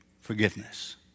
forgiveness